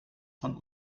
von